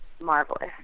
Marvelous